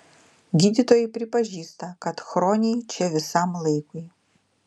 gydytojai pripažįsta kad chroniai čia visam laikui